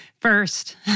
First